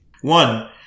One